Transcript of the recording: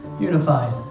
unified